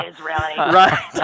Right